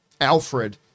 alfred